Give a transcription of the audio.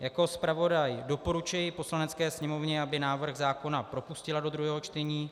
Jako zpravodaj doporučuji Poslanecké sněmovně, aby návrh zákona propustila do druhého čtení.